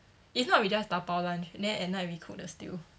if not we just dabao lunch then at night we cook the stew